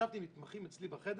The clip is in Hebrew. כשישבתי עם מתמחים אצלי בחדר,